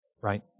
right